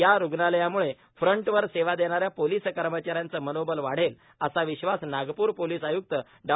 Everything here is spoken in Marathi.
या रुग्णालयाम्ळे फ्रंटवर सेवा देणाऱ्या पोलिस कर्मचाऱ्यांचे मनोबल वाढेल असा विश्वास नागप्रचे पोलीस आय्क्त डॉ